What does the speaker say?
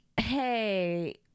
hey